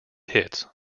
hits